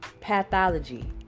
pathology